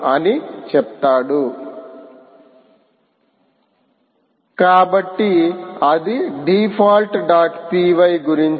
అని చెప్తాడు కాబట్టి అది డిఫాల్ట్ డాట్ p y గురించి